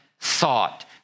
thought